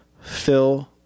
Phil